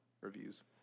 reviews